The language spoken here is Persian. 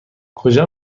کجا